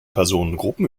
personengruppen